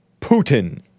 Putin